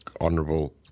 honourable